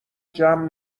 جمع